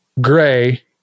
gray